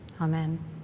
Amen